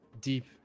deep